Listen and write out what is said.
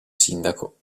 sindaco